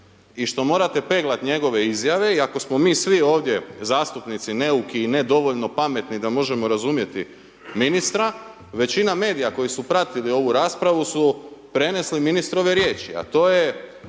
i što morate peglati njegove izjave i ako smo svi ovdje zastupnici neuki i nedovoljno pametni da možemo razumjeti ministra, većina medija koji su pratili ovu raspravu, su prenesli ministrove riječi, a to je